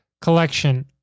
collection